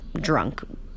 drunk